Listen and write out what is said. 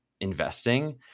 investing